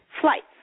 flights